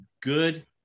good